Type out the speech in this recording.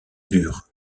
burg